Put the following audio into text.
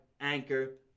Anchor